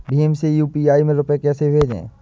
भीम से यू.पी.आई में रूपए कैसे भेजें?